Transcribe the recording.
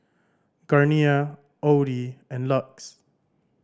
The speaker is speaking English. Garnier Audi and LUX